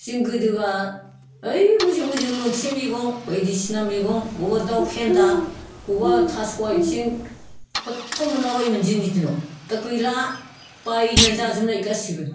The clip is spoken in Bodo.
जों गोदोब्ला ओइ बोजों बोजों लथिं मैगं बायदिसिना मैगं बबेबा दाउ फेन्दा बबेबा थास' आथिं खथ' मोनलाबायोमोन जोंनि दिनाव दा गैला बायना जाजोबनाय गासैबो